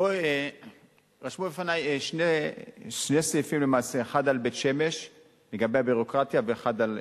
רשמו בפני שני סעיפים למעשה: אחד על בית-שמש,